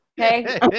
Okay